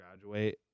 graduate